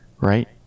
Right